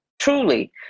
truly